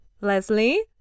Leslie